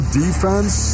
defense